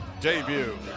debut